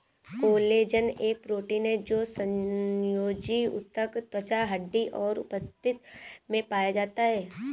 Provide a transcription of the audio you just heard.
collagen एक protein है जो संयोजी ऊतक, त्वचा, हड्डी और उपास्थि में पाया जाता है